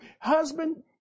Husband